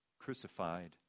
crucified